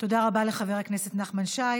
תודה רבה לחבר הכנסת נחמן שי.